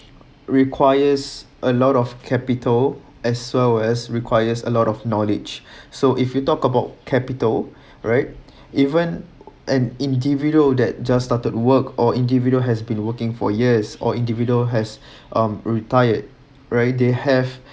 requires a lot of capital as well as requires a lot of knowledge so if you talk about capital right even an individual that just started work or individual has been working for years or individual has um retired right they have